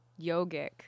yogic